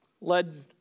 led